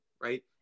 right